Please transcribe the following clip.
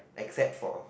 except for